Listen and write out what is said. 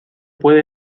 puede